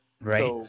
Right